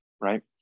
right